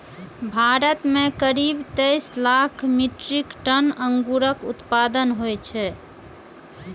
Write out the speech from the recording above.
भारत मे करीब तेइस लाख मीट्रिक टन अंगूरक उत्पादन होइ छै